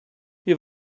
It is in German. wir